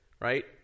right